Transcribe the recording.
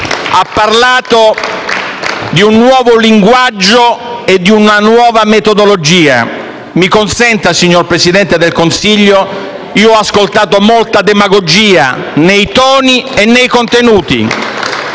ha parlato di un nuovo linguaggio e di una nuova metodologia. Signor Presidente del Consiglio, mi consenta: ho ascoltato molta demagogia nei toni e nei contenuti.